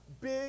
big